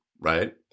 right